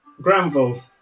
Granville